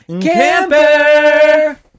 camper